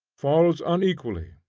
falls unequally,